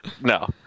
no